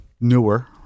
newer